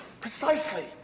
Precisely